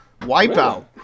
Wipeout